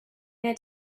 their